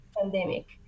pandemic